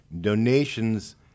Donations